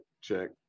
check